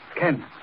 Ken